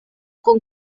con